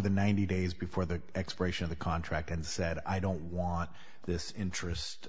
than ninety days before the expiration of the contract and said i don't want this interest